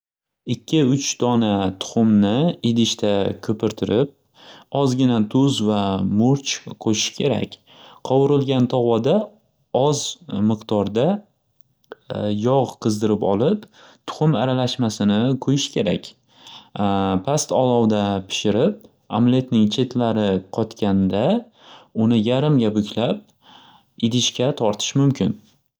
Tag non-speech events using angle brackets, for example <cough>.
Ikki uch dona tuxumni idishda ko'pirtirib, ozgina duz va murch qo'shish kerak. Qovurilgan tovada oz miqdorda <hesitation> yog' qizdirib olib tuxum aralashmasini quyish kerak. Past olovda pishirib amletning chetlari qotganda uni yarimga buklab idishga tortish mumkin.